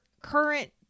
current